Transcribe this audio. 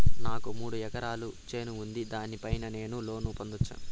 నాకు మూడు ఎకరాలు చేను ఉంది, దాని పైన నేను లోను పొందొచ్చా?